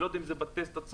אני לא יודע אם זה בטסט עצמו,